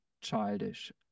childish